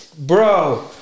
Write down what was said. bro